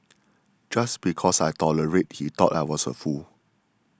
just because I tolerated he thought I was a fool